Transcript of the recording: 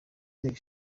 inteko